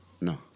No